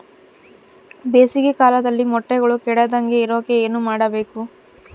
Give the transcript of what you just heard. ಬೇಸಿಗೆ ಕಾಲದಲ್ಲಿ ಮೊಟ್ಟೆಗಳು ಕೆಡದಂಗೆ ಇರೋಕೆ ಏನು ಮಾಡಬೇಕು?